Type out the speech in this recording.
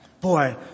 boy